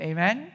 Amen